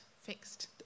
fixed